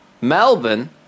Melbourne